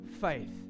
faith